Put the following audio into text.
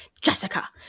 Jessica